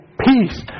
peace